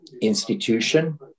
institution